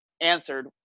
answered